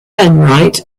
enright